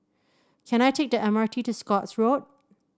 can I take the M R T to Scotts Road